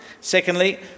Secondly